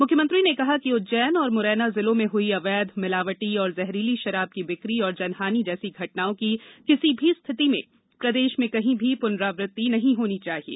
मुख्यमंत्री ने कहा कि उज्जैन और मुरैना जिलों में हुई अवैध मिलावटी और जहरीली शराब की बिक्री और जनहानि जैसी घटनाओं की किसी भी स्थिति में प्रदेश में कहीं भी पुनरावृत्ति नहीं होनी चाहिये